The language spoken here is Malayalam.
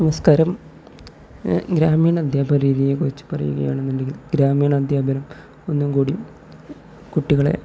നമസ്കാരം ഗ്രാമീണ അദ്ധ്യാപ രീതിയെക്കുറിച്ച് പറയുകയാണെന്നുണ്ടെങ്കിൽ ഗ്രാമീണ അദ്ധ്യാപനം ഒന്നും കൂടി കുട്ടികളെ